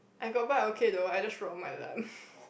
I got bike okay though I just rode on my lab